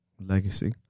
Legacy